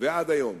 ועד היום.